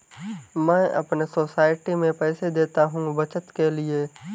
मैं अपने सोसाइटी में पैसे देता हूं बचत के लिए